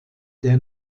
der